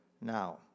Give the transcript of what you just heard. now